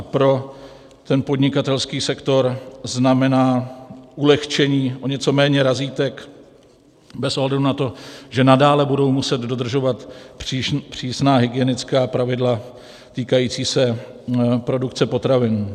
Pro podnikatelský sektor znamená ulehčení, o něco méně razítek bez ohledu na to, že nadále budou muset dodržovat přísná hygienická pravidla týkající se produkce potravin.